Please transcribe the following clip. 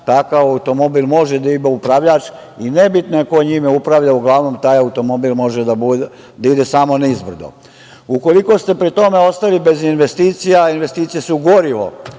Takav automobil može da ima upravljač i nebitno je ko njime upravlja, uglavnom taj automobil može da ide samo nizbrdo. Ukoliko ste pri tome ostali bez investicija, a investicije su gorivo